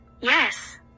Yes